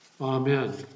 Amen